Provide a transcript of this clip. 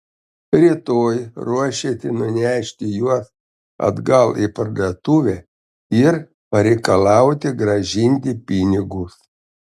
rytoj ruošėsi nunešti juos atgal į parduotuvę ir pareikalauti grąžinti pinigus